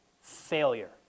failure